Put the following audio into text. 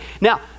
Now